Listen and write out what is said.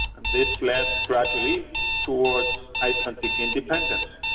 and this led gradually towards icelandic independence.